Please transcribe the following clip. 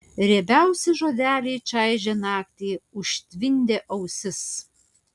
riebiausi žodeliai čaižė naktį užtvindė ausis